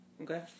okay